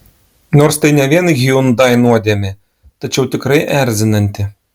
nors tai ne vien hyundai nuodėmė tačiau tikrai erzinanti